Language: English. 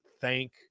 thank